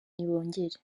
nibongere